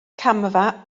camfa